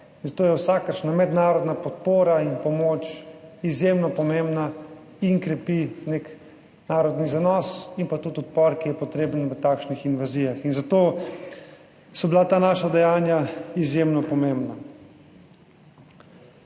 zato je vsakršna mednarodna podpora in pomoč izjemno pomembna in krepi nek narodni zanos in pa tudi odpor, ki je potreben v takšnih invazijah, in zato so bila ta naša dejanja izjemno pomembna.